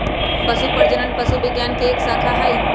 पशु प्रजनन पशु विज्ञान के एक शाखा हई